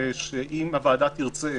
ואם הוועדה תרצה,